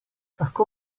lahko